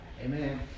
Amen